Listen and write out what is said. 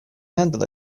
handle